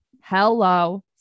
Hello